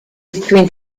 between